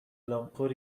لامپور